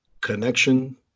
connection